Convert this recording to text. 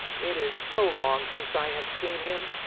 it is so long since i have seen him!